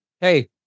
Hey